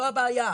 זו הבעיה.